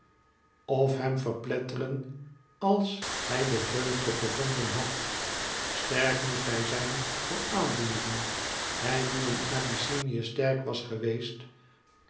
of hem verpletteren als hij de vreugde gevonden had sterk moest hij zijn voor aandoeningen hij die in abyssinie sterk was geweest